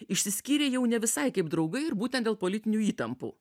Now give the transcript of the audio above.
išsiskyrė jau ne visai kaip draugai ir būtent dėl politinių įtampų